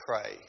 pray